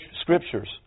scriptures